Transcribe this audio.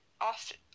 often